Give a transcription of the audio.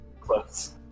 close